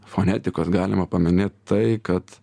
fonetikos galima paminėt tai kad